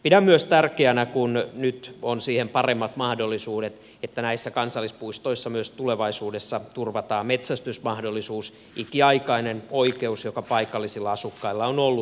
pidän myös tärkeänä että nyt kun siihen on paremmat mahdollisuudet näissä kansallispuistoissa myös tulevaisuudessa turvataan metsästysmahdollisuus ikiaikainen oikeus joka paikallisilla asukkailla on ollut